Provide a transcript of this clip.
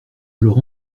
alors